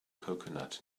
coconut